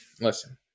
Listen